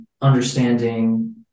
understanding